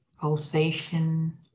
pulsation